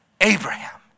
Abraham